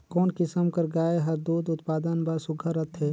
कोन किसम कर गाय हर दूध उत्पादन बर सुघ्घर रथे?